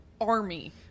army